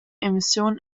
emissionen